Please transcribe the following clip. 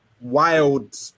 wild